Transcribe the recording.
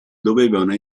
dovevano